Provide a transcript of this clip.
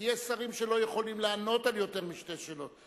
כי יש שרים שלא יכולים לענות על יותר משתי שאלות,